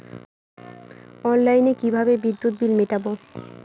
অনলাইনে কিভাবে বিদ্যুৎ বিল মেটাবো?